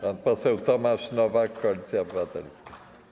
Pan poseł Tomasz Nowak, Koalicja Obywatelska.